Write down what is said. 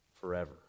forever